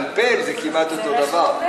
ומתפלפל זה כמעט אותו הדבר.